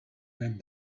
and